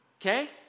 okay